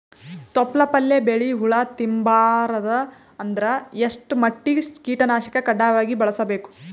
ತೊಪ್ಲ ಪಲ್ಯ ಬೆಳಿ ಹುಳ ತಿಂಬಾರದ ಅಂದ್ರ ಎಷ್ಟ ಮಟ್ಟಿಗ ಕೀಟನಾಶಕ ಕಡ್ಡಾಯವಾಗಿ ಬಳಸಬೇಕು?